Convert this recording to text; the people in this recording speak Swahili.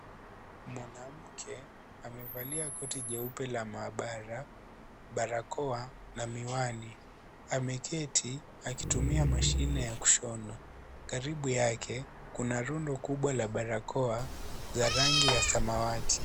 Mwanamke amevalia koti jeupe la maabara, barakoa, na miwani. Ameketi akitumia mashine ya kushona. Karibu yake kuna rundo kubwa la barakoa za rangi ya samawati.